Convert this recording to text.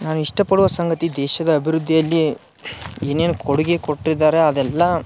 ನಾನು ಇಷ್ಟಪಡುವ ಸಂಗತಿ ದೇಶದ ಅಭಿವೃದ್ಧಿಯಲ್ಲಿಯೇ ಏನೇನು ಕೊಡುಗೆ ಕೊಟ್ಟಿದ್ದಾರೆ ಅದೆಲ್ಲಾ